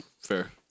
Fair